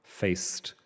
faced